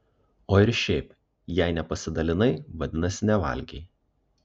o ir šiaip jei nepasidalinai vadinasi nevalgei